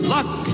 Luck